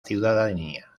ciudadanía